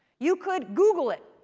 you could google it.